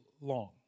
long